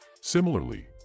Similarly